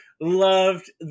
loved